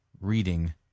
reading